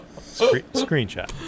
Screenshot